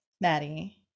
Maddie